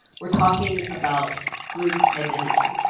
we are talking about group identity.